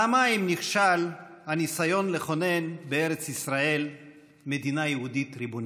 פעמיים נכשל הניסיון לכונן בארץ ישראל מדינה יהודית ריבונית.